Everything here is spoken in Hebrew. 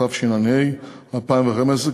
התשע"ה 2015,